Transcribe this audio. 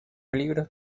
libros